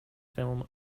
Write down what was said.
film